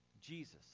Jesus